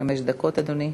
חמש דקות, אדוני.